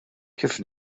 kif